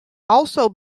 also